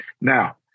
Now